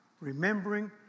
remembering